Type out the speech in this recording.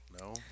No